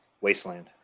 Wasteland